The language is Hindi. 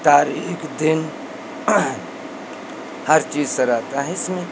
तारीख दिन हर चीज़ सर आता है इसमें